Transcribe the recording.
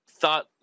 thought